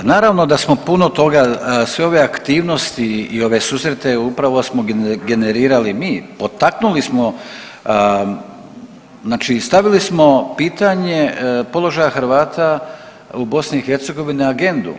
Pa naravno da smo puno toga, sve ove aktivnosti i ove susrete upravo smo generirali mi, potaknuli smo znači stavili smo pitanje položaja Hrvata u BiH u agendu.